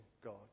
God